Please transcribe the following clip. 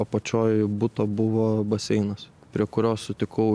apačioj buto buvo baseinas prie kurio sutikau